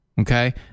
Okay